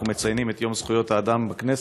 אנחנו מציינים את יום זכויות האדם בכנסת,